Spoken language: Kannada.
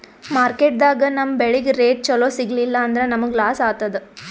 ಮಾರ್ಕೆಟ್ದಾಗ್ ನಮ್ ಬೆಳಿಗ್ ರೇಟ್ ಚೊಲೋ ಸಿಗಲಿಲ್ಲ ಅಂದ್ರ ನಮಗ ಲಾಸ್ ಆತದ್